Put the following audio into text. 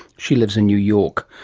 she lives in new york.